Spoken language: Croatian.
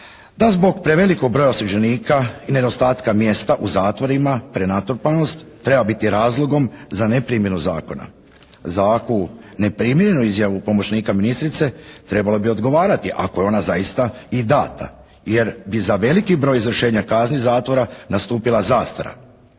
da zbog prevelikog broja osuđenika i nedostatka mjesta u zatvorima prenatrpanost treba razlogom za neprimjenu zakonu. Za ovakvu neprimjerenu izjavu pomoćnika ministrice trebalo odgovarati, ako je ona zaista i dana. Jer bi za veliki broj izvršenja kazni zatvora nastupila zastara,